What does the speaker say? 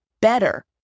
better